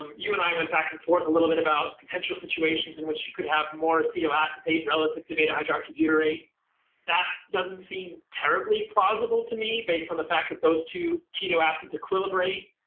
um you and i went back and forth a little bit about potential situations in which you could have more acetoacetate relative to beta-hydroxybutyrate. that doesn't seem terribly plausible to me based on the fact that those two ketoacids equilibrate